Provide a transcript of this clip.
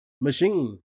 machine